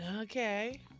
Okay